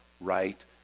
right